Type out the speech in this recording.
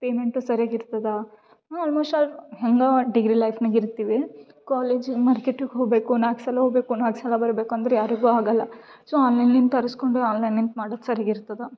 payment ಸರಿಗೆ ಇರ್ತದೆ almost all ಹೆಂಗೋ ಡಿಗ್ರಿ ಲೈಫ್ನಾಗ ಇರ್ತೀವಿ ಕಾಲೇಜಿಗೆ ಮಾರ್ಕೆಟಿಗೆ ಹೋಗ್ಬೇಕು ನಾಲ್ಕು ಸಲ ಹೋಗ್ಬೇಕು ನಾಲ್ಕು ಸಲ ಬರಬೇಕು ಅಂದ್ರೆ ಯಾರಿಗು ಆಗೋಲ್ಲ ಸೋ ಆನ್ಲೈನ್ಯಿಂದ ತರಿಸ್ಕೊಂಡ್ರೆ ಆನ್ಲೈನ್ಯಿಂದ ಮಾಡೋಕ್ ಸರಿಗೆ ಇರ್ತದೆ